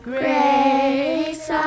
grace